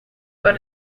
but